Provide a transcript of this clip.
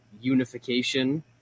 unification